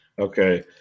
Okay